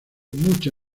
mucha